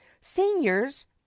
seniors